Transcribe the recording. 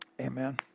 Amen